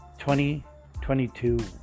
2022